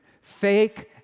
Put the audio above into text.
fake